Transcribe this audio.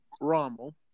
Rommel